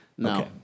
No